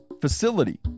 facility